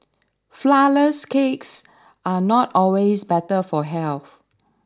Flourless Cakes are not always better for health